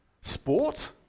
sport